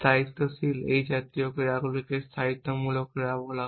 স্থায়িত্বশীল এই জাতীয় ক্রিয়াগুলিকে স্থায়িত্বমূলক ক্রিয়া বলা হয়